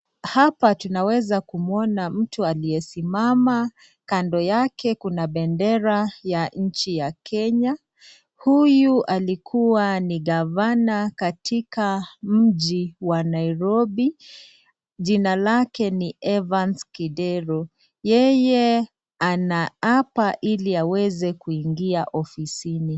Hapa tunaweza kumuona mtu aliyesimama kando, yake kuna bendera ya nchi Kenya, huyu alikua ni gavana katika mji wa nairobi, jina lake ni evans kidero yeye, anaapa iliaweze kuingi ofisini.